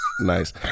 Nice